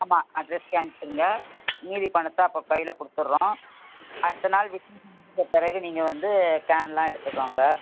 ஆமாம் அட்ரெஸ்க்கே அனுப்பிச்சிருங்க மீதி பணத்தை அப்போ கையில் கொடுத்துர்றோம் அடுத்த நாள் விசேஷம் முடிஞ்ச பிறகு நீங்கள் வந்து கேன்லாம் எடுத்துக்கோங்க